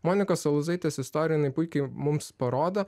monikos alūzaitės istorija jinai puikiai mums parodo